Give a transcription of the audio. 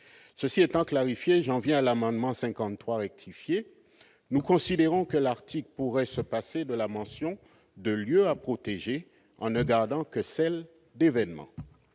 ceci étant clarifié janvier à l'amendement 53 rectifier, nous considérons que l'article pourrait se passer de la mention de lieux à protéger en ne gardant que celle d'événements,